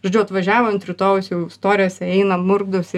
žodžiu atvažiavo ant rytojaus jau storyse eina murkdosi